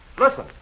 Listen